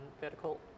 vertical